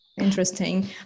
interesting